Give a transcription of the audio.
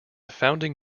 founding